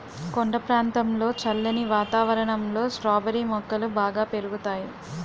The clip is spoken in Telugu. కొండ ప్రాంతంలో చల్లని వాతావరణంలో స్ట్రాబెర్రీ మొక్కలు బాగా పెరుగుతాయి